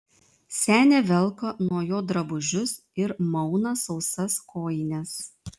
senė velka nuo jo drabužius ir mauna sausas kojines